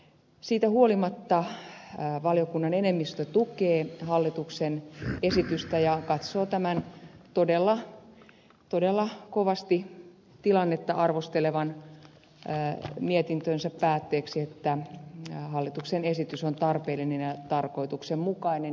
siitä huolimatta valiokunnan enemmistö tukee hallituksen esitystä ja katsoo tämän todella kovasti tilannetta arvostelevan mietintönsä päätteeksi että hallituksen esitys on tarpeellinen ja tarkoituksenmukainen